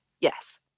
Yes